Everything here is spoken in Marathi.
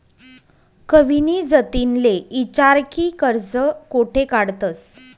कविनी जतिनले ईचारं की कर्ज कोठे काढतंस